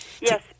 Yes